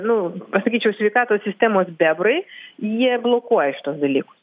nu sakyčiau sveikatos sistemos bebrai jie blokuoja šituos dalykus